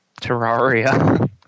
Terraria